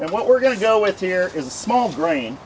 and what we're going to go with here is a small grain